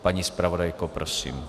Paní zpravodajko, prosím.